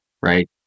right